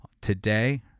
today